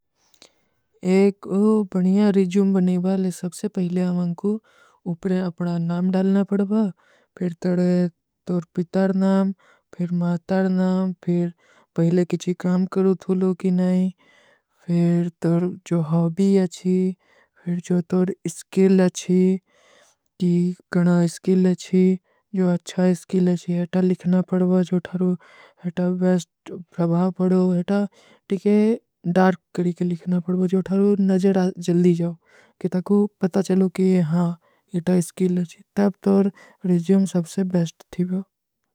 ଏକ ବନିଯା ରିଜ୍ଯୂମ ବନେବା ଲେ, ସବସେ ପହଲେ ହମାଂକୋ ଉପରେ ଅପଡା ନାମ ଡାଲନା ପଡବା। ଫିର ତର ତୋର ପିତାର ନାମ, ଫିର ମାତାର ନାମ, ଫିର ପହଲେ କିଛୀ କାମ କରୂ ଥୂଲୋ କୀ ନାଈ, ଫିର ତୋର ଜୋ ହବୀ ଅଛୀ, ଫିର ଜୋ ତ॓ର ସ୍କିଲ ଅଛୀ, ଜୂ ଗନା ସ୍କିଲ ଅଛୀ, ଜୋ ଅଛା ସ୍କିଲ ଆଛୀ, ଏତା ଲିଖନା ପଢାଵ ଜ ତର ଔର ତପେ ବେସ୍ତ ପଢାଵାଵ କି ଲିଖନା ପଢıଵାଵୀ ହୈ ତବ ତୋର ରିଜିଯୋଂ ସବସେ ବେସ୍ଟ ଥୀ ଵୋ।